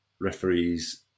referees